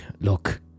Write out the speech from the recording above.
Look